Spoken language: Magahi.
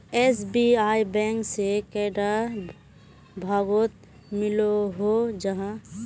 एस.बी.आई बैंक से कैडा भागोत मिलोहो जाहा?